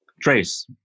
Trace